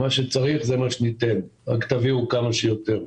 מה שצריך זה מה שניתן, רק תביאו כמה שיותר.